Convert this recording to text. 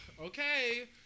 Okay